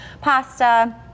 pasta